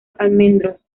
almendros